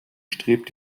strebt